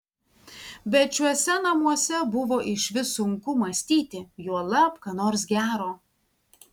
bet šiuose namuose buvo išvis sunku mąstyti juolab ką nors gero